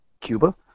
Cuba